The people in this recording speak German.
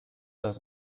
das